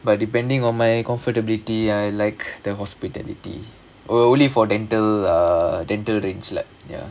but depending on my comfortability I like the hospitality oh only for dental uh dental range lah ya